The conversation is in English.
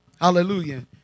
Hallelujah